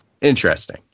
Interesting